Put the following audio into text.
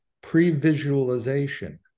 pre-visualization